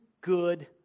good